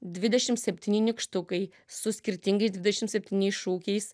dvidešim septyni nykštukai su skirtingais dvidešim septyniais šūkiais